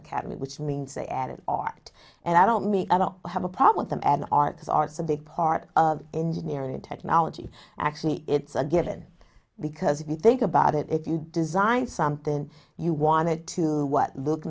academy which means they added art and i don't mean our i have a problem and the arts are so big part of engineering technology actually it's a given because if you think about it if you design something you wanted to look